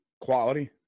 Quality